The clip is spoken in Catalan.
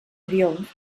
triomf